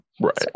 Right